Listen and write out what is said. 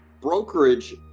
brokerage